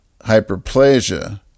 hyperplasia